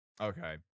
Okay